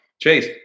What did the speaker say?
Chase